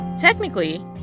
Technically